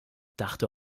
dachte